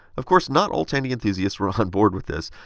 of course, not all tandy enthusiasts were on board with this.